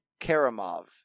Karamov